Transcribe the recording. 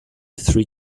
three